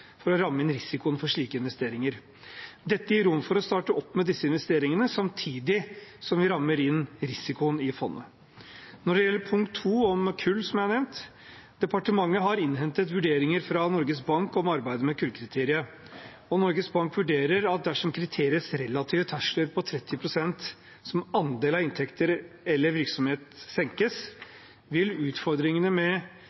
for å ramme inn risikoen for slike investeringer. Dette gir rom for å starte opp med disse investeringene, samtidig som vi rammer inn risikoen i fondet. Når det gjelder punkt 2, om kull, som jeg har nevnt: Departementet har innhentet vurderinger fra Norges Bank om arbeidet med kullkriteriet. Norges Bank vurderer at dersom kriteriets relative terskler på 30 pst. som andel av inntekter eller virksomhet senkes,